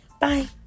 Bye